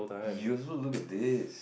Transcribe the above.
useful look at this